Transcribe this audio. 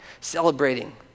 celebrating